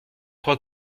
crois